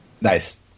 Nice